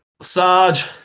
Sarge